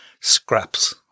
scraps